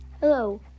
Hello